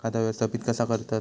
खाता व्यवस्थापित कसा करतत?